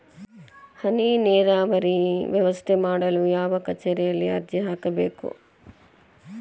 ಹನಿ ನೇರಾವರಿ ವ್ಯವಸ್ಥೆ ಮಾಡಲು ಯಾವ ಕಚೇರಿಯಲ್ಲಿ ಅರ್ಜಿ ಹಾಕಬೇಕು?